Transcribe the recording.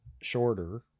shorter